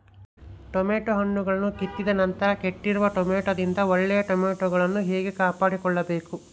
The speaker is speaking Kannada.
ಟೊಮೆಟೊ ಹಣ್ಣುಗಳನ್ನು ಕಿತ್ತಿದ ನಂತರ ಕೆಟ್ಟಿರುವ ಟೊಮೆಟೊದಿಂದ ಒಳ್ಳೆಯ ಟೊಮೆಟೊಗಳನ್ನು ಹೇಗೆ ಕಾಪಾಡಿಕೊಳ್ಳಬೇಕು?